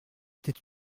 était